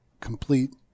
complete